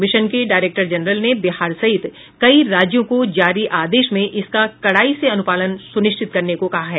mission के director general ने बिहार सहित कई राज्यों को जारी आदेश में इसका कड़ाई से अनुपालन सुनिश्चित करने को कहा है